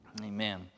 amen